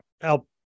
help